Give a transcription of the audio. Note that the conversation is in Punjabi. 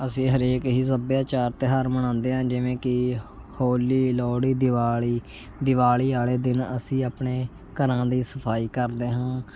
ਅਸੀਂ ਹਰੇਕ ਹੀ ਸੱਭਿਆਚਾਰ ਤਿਉਹਾਰ ਮਨਾਉਂਦੇ ਹਾਂ ਜਿਵੇਂ ਕਿ ਹੋਲੀ ਲੋਹੜੀ ਦਿਵਾਲੀ ਦਿਵਾਲੀ ਵਾਲੇ ਦਿਨ ਅਸੀਂ ਆਪਣੇ ਘਰਾਂ ਦੀ ਸਫਾਈ ਕਰਦੇ ਹਾਂ